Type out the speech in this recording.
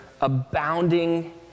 abounding